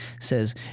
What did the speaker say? says